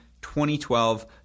2012